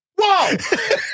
Whoa